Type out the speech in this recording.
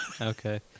Okay